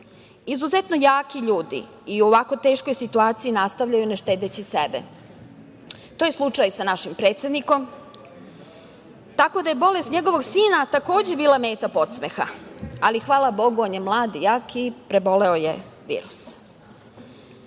jaki ljudi i u ovako teškoj situaciji nastavljanu ne štedeći sebe. To je slučaj sa našim predsednikom, tako da je bolest njegovog sina, takođe, bila meta podsmeha, ali hvala Bogu, on je mlad i jak i preboleo je virus.